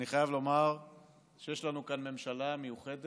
אני חייב לומר שיש לנו כאן ממשלה מיוחדת,